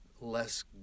less